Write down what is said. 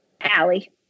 Allie